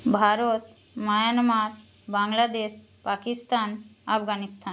Bharat Myanmar Bangladesh Pakistan Afghanistan